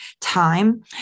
time